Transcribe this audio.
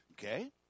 Okay